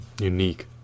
unique